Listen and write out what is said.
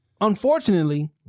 unfortunately